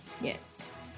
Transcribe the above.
Yes